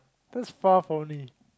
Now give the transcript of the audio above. this far only